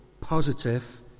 positive